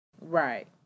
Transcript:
Right